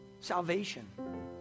salvation